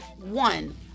one